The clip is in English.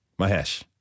Mahesh